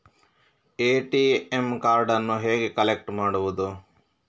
ATM ಕಾರ್ಡನ್ನು ಹೇಗೆ collect ಮಾಡುವುದು?